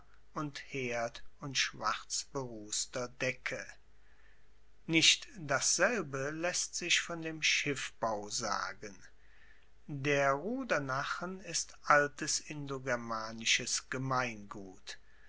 und herd und schwarzberusster decke nicht dasselbe laesst sich von dem schiffbau sagen der rudernachen ist altes indogermanisches gemeingut